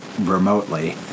remotely